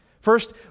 First